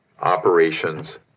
operations